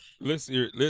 Listen